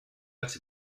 als